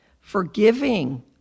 forgiving